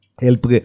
help